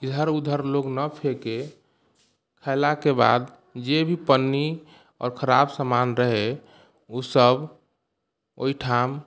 इधर उधर लोग ना फेके खैला के बाद जे भी पन्नी आओर खराब समान रहय ओसब ओहिठाम